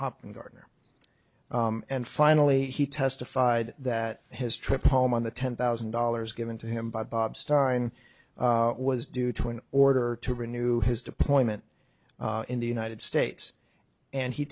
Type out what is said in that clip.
hoppen gardner and finally he testified that his trip home on the ten thousand dollars given to him by bob stein was due to an order to renew his deployment in the united states and he